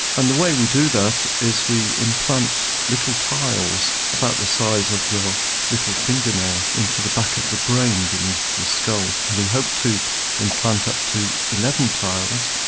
and the way we do that is we implant little tiles, about the size of your little finger nail into the back of the brain beneath the skull. we hope to implant up to eleven tiles,